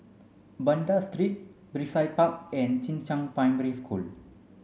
Banda Street Brizay Park and Jing Shan Primary School